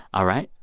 all right.